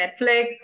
Netflix